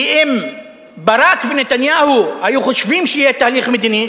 כי אם ברק ונתניהו היו חושבים שיהיה תהליך מדיני,